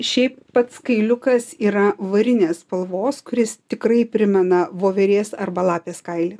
šiaip pats kailiukas yra varinės spalvos kuris tikrai primena voverės arba lapės kailį